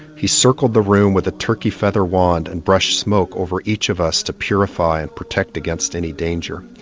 he circled the room with a turkey feather wand and brushed smoke over each of us to purify and protect against any danger.